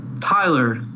Tyler